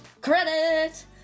Credit